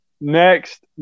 next